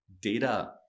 data